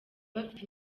bafite